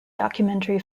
documentary